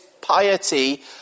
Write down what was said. piety